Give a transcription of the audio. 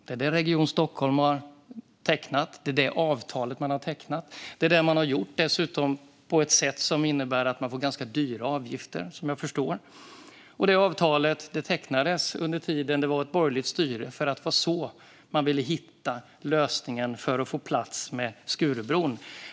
Det är detta avtal som Region Stockholm har tecknat. Dessutom har man gjort det på ett sätt som innebär att man får ganska dyra avgifter, som jag förstår det. Avtalet tecknades under den tid det var ett borgerligt styre, för det var på detta sätt man ville hitta en lösning för att få plats med denna investering.